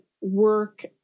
work